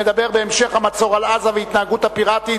המדברת בהמשך המצור על עזה וההתנהגות הפיראטית